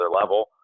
level